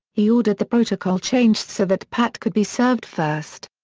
he ordered the protocol changed so that pat could be served first.